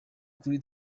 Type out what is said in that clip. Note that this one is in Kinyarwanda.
kuri